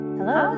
Hello